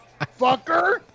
Fucker